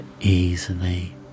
easily